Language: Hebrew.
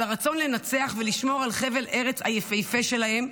על הרצון לנצח ולשמור על חבל הארץ היפהפה שלהם,